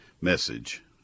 message